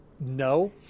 no